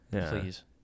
Please